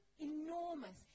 enormous